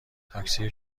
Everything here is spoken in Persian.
تاکسی